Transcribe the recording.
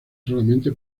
solamente